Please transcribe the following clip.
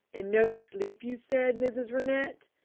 and no sleep you said, mrs. rennett?